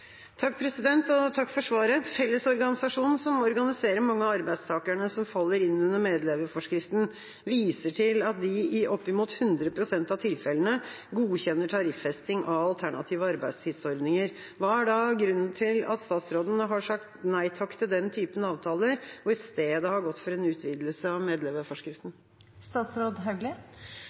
Takk for svaret. Fellesorganisasjonen, som organiserer mange av arbeidstakerne som faller inn under medleverforskriften, viser til at de i opp mot 100 pst. av tilfellene godkjenner tariffesting av alternative arbeidstidsordninger. Hva er da grunnen til at statsråden har sagt nei takk til den typen avtaler og i stedet har gått for en utvidelse av